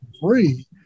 free